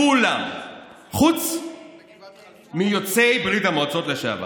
כולם חוץ מיוצאי ברית המועצות לשעבר.